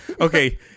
okay